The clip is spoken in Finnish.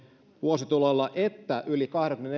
vuosituloilla että yli